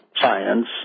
science